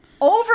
Over